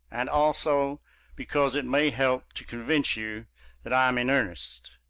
and also because it may help to convince you that i am in earnest.